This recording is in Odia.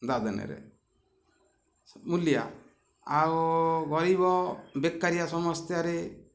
ଦାଦନରେ ମୁଲିଆ ଆଉ ଗରିବ ବେକାରୀ ସମସ୍ୟାରେ